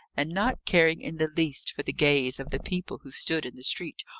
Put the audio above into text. and not caring in the least for the gaze of the people who stood in the street,